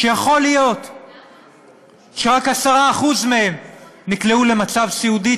שיכול להיות שרק 10% מהם נקלעו למצב סיעודי,